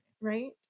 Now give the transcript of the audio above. Right